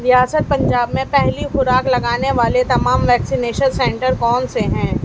ریاست پنجاب میں پہلی خوراک لگانے والے تمام ویکسینیشن سینٹر کون سے ہیں